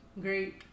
Great